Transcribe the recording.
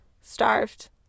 starved